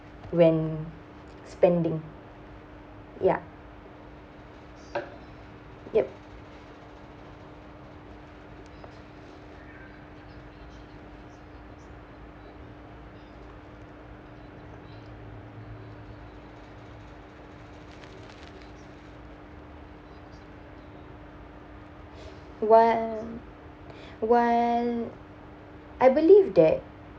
when spending ya yep while while I believe that